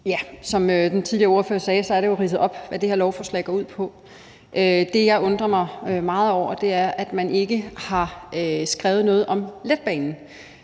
Tak. Som den tidligere ordfører sagde, så er det jo ridset op, hvad det her lovforslag går ud på. Det, jeg undrer mig meget over, er, at man ikke har skrevet noget om letbanen.